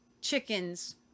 chickens